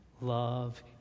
Love